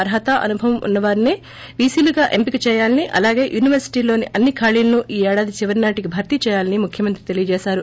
అర్మత అనుభవం ఉన్నవారినే వీసీలుగా ఎంపిక చేయాలని అలాగే యూనివర్సిటీల్లోని అన్ని ఖాళీలను ఈ ఏడాది చివరి నాటికి భర్తీ చేయాలని ముఖ్యమంత్రి తెలిపారు